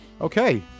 Okay